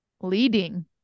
leading